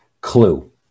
Clue